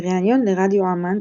בראיון לרדיו עמאן,